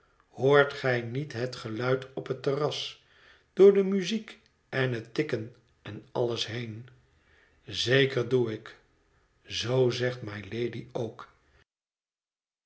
hoort gij niet het geluid op het terras door de muziek en het tikken en alles heen zeker doe ik zoo zegt mylady ook